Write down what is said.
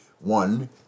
One